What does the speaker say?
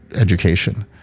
education